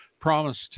promised